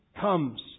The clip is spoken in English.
comes